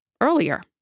earlier